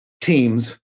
teams